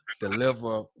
deliver